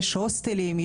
יש הוסטלים,